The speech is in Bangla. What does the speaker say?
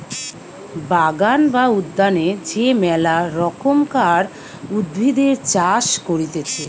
বাগান বা উদ্যানে যে মেলা রকমকার উদ্ভিদের চাষ করতিছে